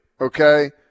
Okay